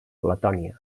letònia